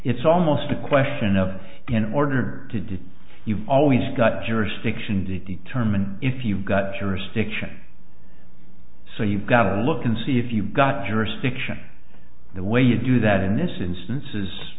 it's almost a question of in order to do you've always got jurisdiction to determine if you've got jurisdiction so you've got to look and see if you've got jurisdiction the way you do that in this instance is